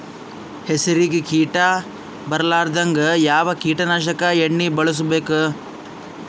ಹೆಸರಿಗಿ ಕೀಟ ಬರಲಾರದಂಗ ಯಾವ ಕೀಟನಾಶಕ ಎಣ್ಣಿಬಳಸಬೇಕು?